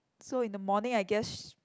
so in the morning I guess sh~